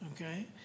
okay